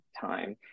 time